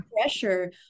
pressure